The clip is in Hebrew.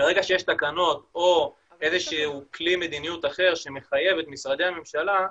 ברגע שיש תקנות או איזה שהוא כלי מדיניות אחר שמחייב את משרדי הממשלה,